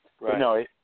no